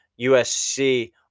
USC